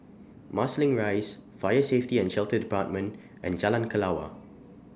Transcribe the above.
Marsiling Rise Fire Safety and Shelter department and Jalan Kelawar